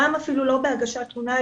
גם אפילו לא בהגשת תלונה,